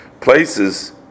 places